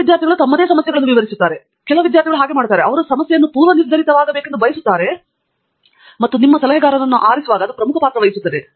ಕೆಲವು ವಿದ್ಯಾರ್ಥಿಗಳು ತಮ್ಮದೇ ಸಮಸ್ಯೆಗಳನ್ನು ವಿವರಿಸುತ್ತಾರೆ ಕೆಲವು ವಿದ್ಯಾರ್ಥಿಗಳು ಹಾಗೆ ಮಾಡುತ್ತಾರೆ ಅವರು ಸಮಸ್ಯೆಯನ್ನು ಪೂರ್ವನಿರ್ಧರಿತವಾಗಬೇಕೆಂದು ಬಯಸುತ್ತಾರೆ ಮತ್ತು ನಿಮ್ಮ ಸಲಹೆಗಾರನನ್ನು ಆರಿಸುವಾಗ ಅದು ಪ್ರಮುಖ ಪಾತ್ರವಹಿಸುತ್ತದೆ